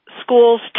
schools